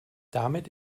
damit